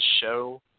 show